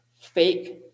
fake